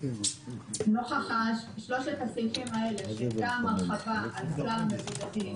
נוכח שלושת הסעיפים האלה של הרחבה על כלל המבודדים,